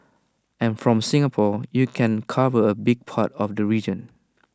and from Singapore you can cover A big part of the region